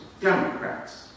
Democrats